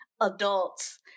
adults